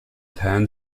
tan